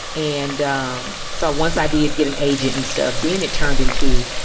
and um so once i did get an agent instead of being, it turned into,